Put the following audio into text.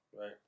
Right